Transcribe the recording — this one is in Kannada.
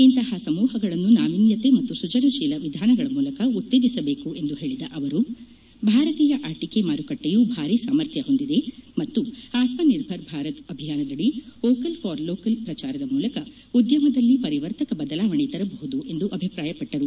ಇಂತಹ ಸಮೂಹಗಳನ್ನು ನಾವಿನ್ಯತೆ ಮತ್ತು ಸೃಜನಶೀಲ ವಿಧಾನಗಳ ಮೂಲಕ ಉತ್ತೇಜಿಸಬೇಕು ಎಂದು ಹೇಳಿದ ಅವರು ಭಾರತೀಯ ಆಟಿಕೆ ಮಾರುಕಟ್ಟೆಯು ಭಾರಿ ಸಾಮಥ್ರ ಹೊಂದಿದೆ ಮತ್ತು ಆತ್ಮ ನಿರ್ಭರ್ ಭಾರತ್ ಅಭಿಯಾನದಡಿ ಓಕಲ್ ಫಾರ್ ಲೋಕಲ್ ಪ್ರಚಾರದ ಮೂಲಕ ಉದ್ಯಮದಲ್ಲಿ ಪರಿವರ್ತಕ ಬದಲಾವಣೆ ತರಬಹುದು ಎಂದು ಅಭಿಪ್ರಾಯ ಪಟ್ಟರು